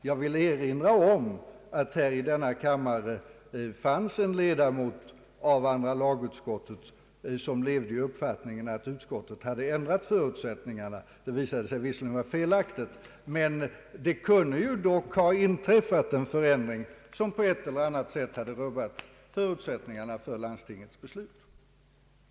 Jag vill erinra om att i denna kammare finns en ledamot av andra lagutskottet, som levde i uppfattningen att utskottet ändrat förutsättningarna. Detta visade sig visserligen vara felaktigt, men det kunde dock ha inträffat en förändring, som på ett eller annat sätt hade rubbat förutsättningarna för landstingens beslut. enligt hans uppfattning flertalet röstat för ja-propositionen.